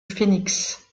phénix